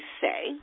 say